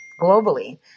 globally